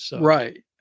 Right